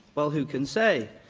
well, who can say?